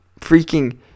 Freaking